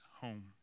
home